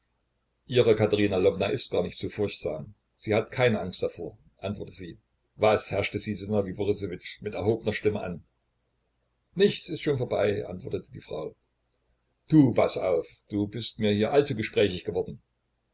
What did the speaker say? ihre katerina lwowna ist gar nicht so furchtsam sie hat keine angst davor antwortet sie was herrschte sie sinowij borissowitsch mit erhobener stimme an nichts ist schon vorbei antwortete die frau du paß auf du bist mir hier allzu gesprächig geworden